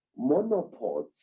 Monopods